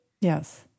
yes